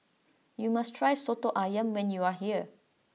you must try Soto Ayam when you are here